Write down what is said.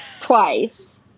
Twice